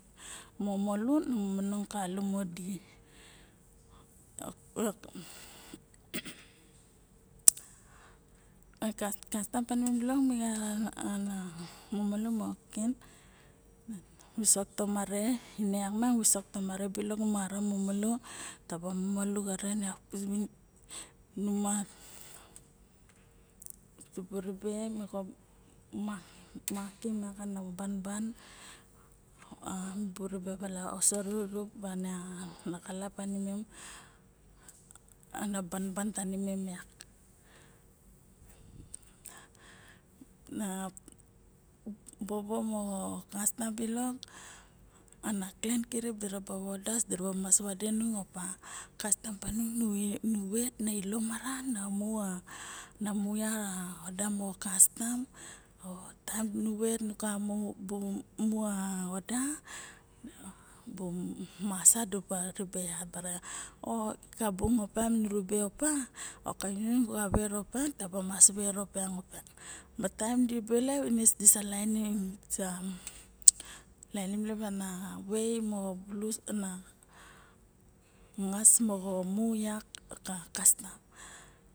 Momolu na manong ka lumo di a kastam pi mem bilok mi ka momolu ka ken na visok tomare ine yak miang visok tomare bilok di mara momolu taba momolu xaren yak numa dubu ribe moxo ma miang kana banban a mibu ribe bala oseli rup ana xalap tanimem ana banban tanimem yak na uk bobo moxo kastam bilok ana clen kirip diraba ut das diraba mas vade nung opa a kastam panung nu vet nu ka mu a oda bu masa diraba yat bara o ka bung opa nu ribe opa oke nung taba ver opa taba mas ver opa ma taem diraba elep diraba lainim lep ana way moxo bulus na ngas moxo mu yak ka kastam